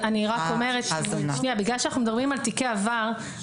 בגלל שאנחנו מדברים על תיקי עבר,